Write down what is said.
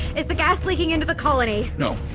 is the gas leaking into the colony? no,